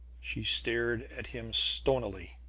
she stared at him stonily.